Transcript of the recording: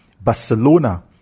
Barcelona